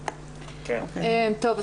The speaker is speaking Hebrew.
טוב,